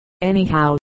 Anyhow